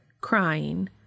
Crying